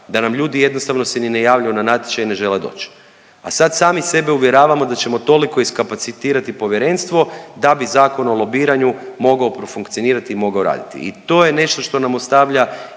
da nam ljudi jednostavno se ni ne javljaju na natječaje i ne žele doć. A sad sami sebe uvjeravamo da ćemo toliko iskapacitirati povjerenstvo da bi Zakon o lobiranju mogao profunkcionirati i mogao raditi i to je nešto što nam ostavlja